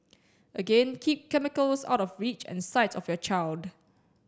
again keep chemicals out of reach and sight of your child